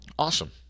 awesome